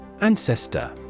Ancestor